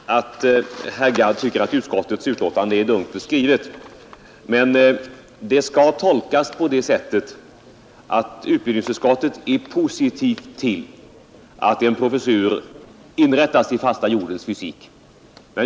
Herr talman! Jag förstår att herr Gadd tycker att utbildningsutskottets betänkande är dunkelt skrivet, men det skall tolkas på det sättet att utskottet är positivt till att en professur inrättas i fasta jordens fysik.